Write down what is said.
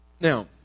Now